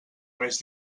més